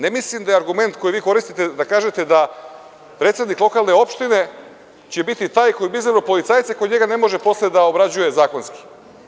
Ne mislim da je argument koji vi koristite da kažete da predsednik lokalne opštine će biti taj koji bizarnog policajca koji njega ne može posle da obrađuje zakonski.